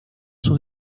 sus